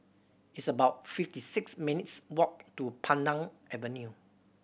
it's about fifty six minutes' walk to Pandan Avenue